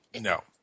No